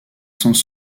sans